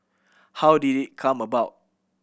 how did it come about